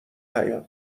حیاط